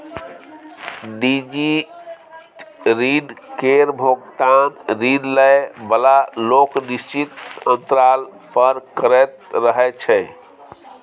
निजी ऋण केर भोगतान ऋण लए बला लोक निश्चित अंतराल पर करैत रहय छै